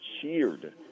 cheered